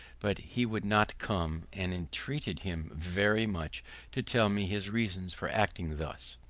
but he would not come and entreated him very much to tell me his reasons for acting thus.